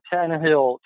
Tannehill